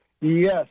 Yes